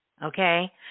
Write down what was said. Okay